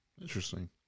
Interesting